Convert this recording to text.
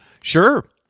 Sure